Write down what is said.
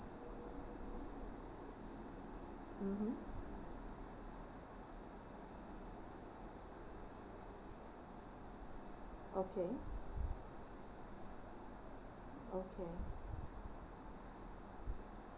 mmhmm okay okay